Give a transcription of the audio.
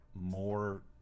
more